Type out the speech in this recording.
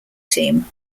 team